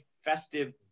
festive